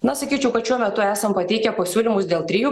na sakyčiau kad šiuo metu esam pateikę pasiūlymus dėl trijų